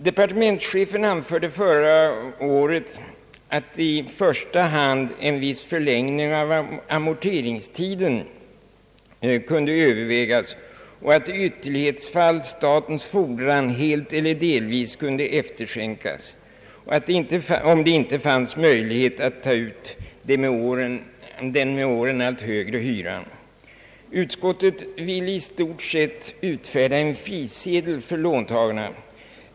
Departementschefen anförde förra året att i första hand en viss förlängning av amorteringstiden kunde övervägas och att i ytterlighetsfall statens fordran helt eller delvis kunde efterskänkas, om det inte fanns möjlighet att ta ut den med åren allt högre hyran. Utskottet vill i stort sett utfärda en frisedel för låntagarna.